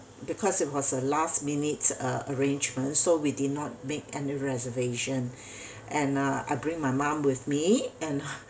because it was a last minutes uh arrangement so we did not make any reservation and uh I bring my mom with me and